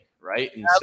right